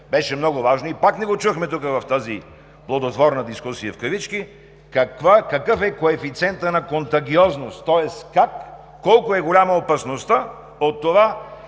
беше много важно и пак не го чухме тук в тази „плодотворна дискусия“, е: какъв е коефициентът на контагиозност, тоест колко е голяма опасността от това?